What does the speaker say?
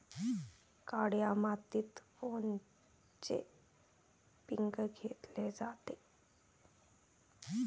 काळ्या मातीत कोनचे पिकं घेतले जाते?